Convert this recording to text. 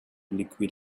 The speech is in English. liquid